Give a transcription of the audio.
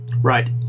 Right